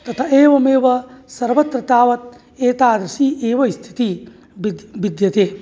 तथा एवमेव सर्वत्र तावत् एतादृशी एव स्थितिः विद्यते